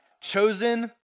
chosen